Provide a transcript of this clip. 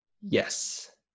Yes